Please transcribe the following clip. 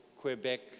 Quebec